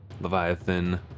Leviathan